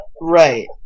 Right